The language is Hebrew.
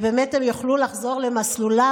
והם באמת יוכלו לחזור למסלולם.